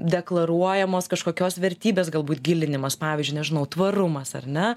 deklaruojamos kažkokios vertybės galbūt gilinimas pavyzdžiui nežinau tvarumas ar ne